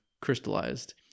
crystallized